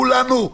כולנו,